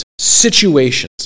situations